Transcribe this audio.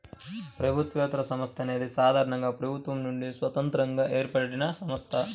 ప్రభుత్వేతర సంస్థ అనేది సాధారణంగా ప్రభుత్వం నుండి స్వతంత్రంగా ఏర్పడినసంస్థ